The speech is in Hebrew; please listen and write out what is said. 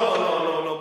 לא לא לא,